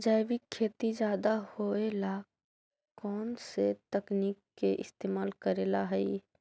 जैविक खेती ज्यादा होये ला कौन से तकनीक के इस्तेमाल करेला हई?